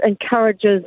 encourages